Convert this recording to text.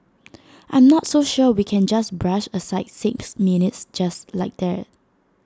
I'm not so sure we can just brush aside six minutes just like that